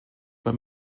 über